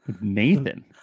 Nathan